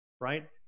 right